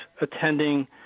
attending